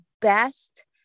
best